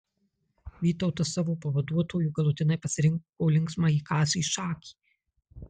vytautas savo pavaduotoju galutinai pasirinko linksmąjį kazį šakį